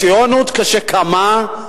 הציונות, כשקמה,